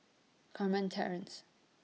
Carmen Terrace